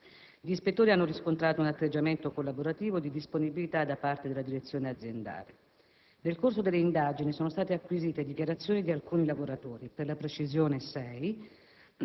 Gli ispettori hanno riscontrato un atteggiamento collaborativo e di disponibilità da parte della direzione aziendale. Nel corso delle indagini sono state acquisite dichiarazioni di alcuni lavoratori, sei per la precisione.